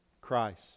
Christ